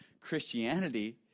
Christianity